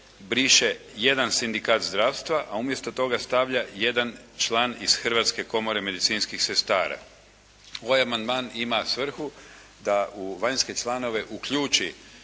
"jedan sindikat zdravstva", a umjesto toga stavlja "jedan član iz Hrvatske komore medicinskih sestara". Ovaj amandman ima svrhu da u vanjske članove uključi